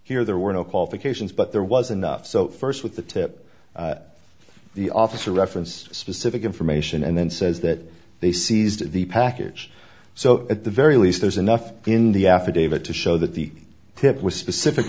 here there were no qualifications but there was enough so st with the tip the officer referenced specific information and then says that they seized the package so at the very least there's enough in the affidavit to show that the tip was specific